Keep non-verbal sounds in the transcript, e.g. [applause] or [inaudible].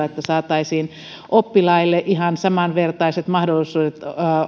[unintelligible] jotta saataisiin oppilaille ihan samanvertaiset mahdollisuudet